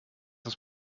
ist